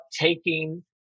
taking